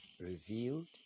revealed